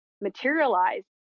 materialize